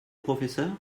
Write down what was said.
professeur